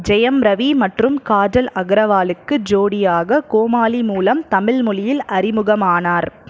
ஜெயம் ரவி மற்றும் காஜல் அகர்வாலுக்கு ஜோடியாக கோமாளி மூலம் தமிழ் மொழியில் அறிமுகமானார்